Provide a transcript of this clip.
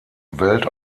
welt